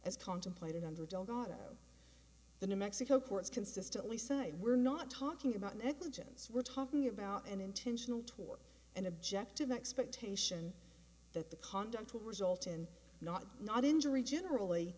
as contemplated under don't auto the new mexico courts consistently said we're not talking about negligence we're talking about an intentional toward an objective expectation that the conduct to result in not not injury generally